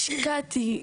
השקעתי,